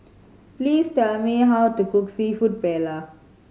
please tell me how to cook Seafood Paella